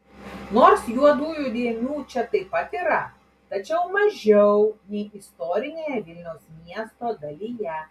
nors juodųjų dėmių čia taip pat yra tačiau mažiau nei istorinėje vilniaus miesto dalyje